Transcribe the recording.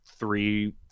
three